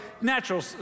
natural